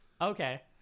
Okay